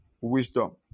Wisdom